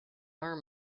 are